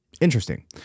interesting